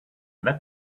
that